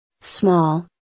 small